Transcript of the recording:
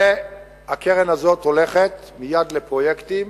והקרן הזאת הולכת מייד לפרויקטים,